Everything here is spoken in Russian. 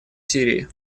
сирии